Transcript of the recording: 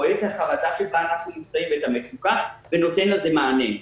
רואה את החרדה שבה אנחנו נמצאים ואת המצוקה ונותן לזה מענה.